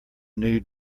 new